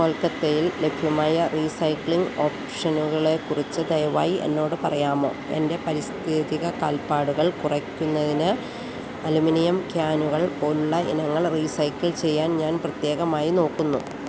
കൊൽക്കത്തയിൽ ലഭ്യമായ റീസൈക്ലിങ് ഓപ്ഷനുകളേക്കുറിച്ച് ദയവായി എന്നോട് പറയാമോ എന്റെ പാരിസ്ഥിതിക കാൽപ്പാടുകൾ കുറയ്ക്കുന്നതിന് അലുമിനിയം ക്യാനുകൾ പോലുള്ള ഇനങ്ങൾ റീസൈക്കിൾ ചെയ്യാൻ ഞാൻ പ്രത്യേകമായി നോക്കുന്നു